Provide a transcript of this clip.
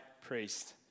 priest